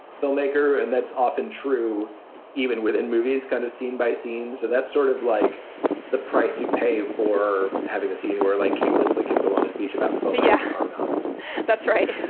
filmmaker and that's often true even within movies, kind of scene by scene. so that's sort of like the price you pay for having a scene where like kate winslet gives a lot of speech about so yeah, um that's that's right.